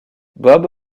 bob